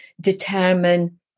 determine